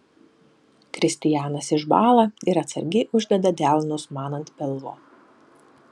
kristijanas išbąla ir atsargiai uždeda delnus man ant pilvo